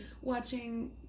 watching